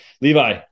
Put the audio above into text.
Levi